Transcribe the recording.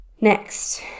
Next